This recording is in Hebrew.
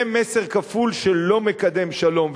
זה מסר כפול שלא מקדם שלום.